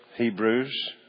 Hebrews